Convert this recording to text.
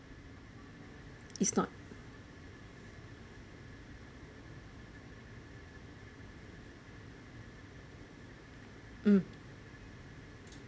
is not um